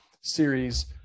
series